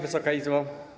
Wysoka Izbo!